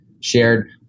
shared –